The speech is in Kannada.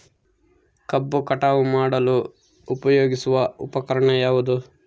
ಕಬ್ಬು ಕಟಾವು ಮಾಡಲು ಉಪಯೋಗಿಸುವ ಉಪಕರಣ ಯಾವುದು?